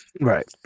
Right